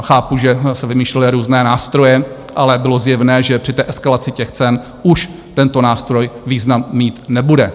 Chápu, že se vymýšlely různé nástroje, ale bylo zjevné, že při eskalaci cen už tento nástroj význam mít nebude.